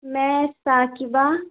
میں ثاقبہ